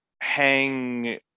hang